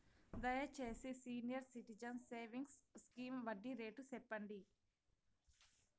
దయచేసి senior citizens savings scheme వడ్డీ rate సెప్పండి